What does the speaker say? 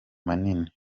manini